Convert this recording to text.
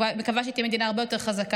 מקווה שהיא תהיה מדינה הרבה יותר חזקה,